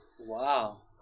Wow